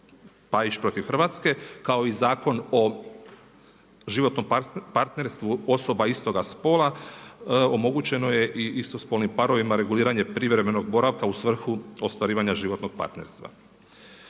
Pajić protiv Hrvatske kao i Zakon o životnom partnerstvu osoba istoga spola omogućeno je i istospolnim parovima reguliranje privremenog boravka u svrhu ostvarivanja životnog partnerstva.